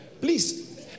please